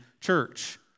church